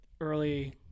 early